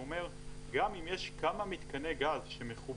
הוא אומר גם אם יש כמה מיתקני גז שמחוברים